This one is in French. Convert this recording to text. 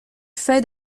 fait